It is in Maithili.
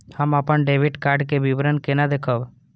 हम अपन डेबिट कार्ड के विवरण केना देखब?